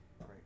right